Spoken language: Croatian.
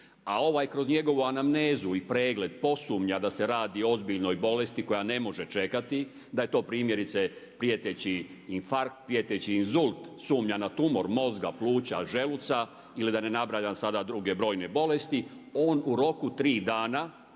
a ovaj kroz njegovu anamnezu i pregled posumnja da se radi o ozbiljnoj bolesti koja ne može čekati, da je to primjerice prijeteći infarkt, prijeteći inzult, sumnja na tumor mozga, pluća, želuca ili da ne nabrajam sada druge brojne bolesti on u roku 3 dana